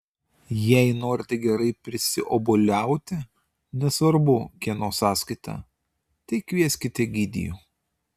jei norite gerai prisiobuoliauti nesvarbu kieno sąskaita tai kvieskit egidijų